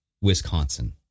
Wisconsin